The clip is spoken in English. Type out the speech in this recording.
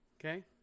Okay